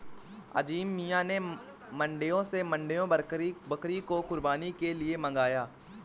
अजीम मियां ने मांड्या से मांड्या बकरी को कुर्बानी के लिए मंगाया है